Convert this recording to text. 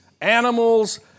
animals